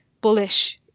bullish